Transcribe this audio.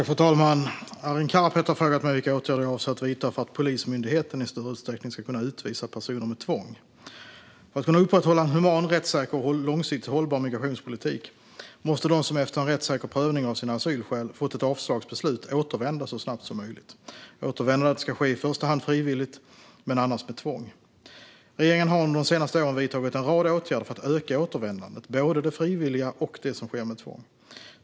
Fru talman! Arin Karapet har frågat mig vilka åtgärder jag avser att vidta för att Polismyndigheten i större utsträckning ska kunna utvisa personer med tvång. För att kunna upprätthålla en human, rättssäker och långsiktigt hållbar migrationspolitik måste de som efter en rättssäker prövning av sina asylskäl fått ett avslagsbeslut återvända så snabbt som möjligt. Återvändandet ska i första hand ske frivilligt men annars med tvång. Regeringen har under de senaste åren vidtagit en rad åtgärder för att öka återvändandet, både det frivilliga och det som sker med tvång.